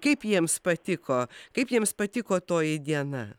kaip jiems patiko kaip jiems patiko toji diena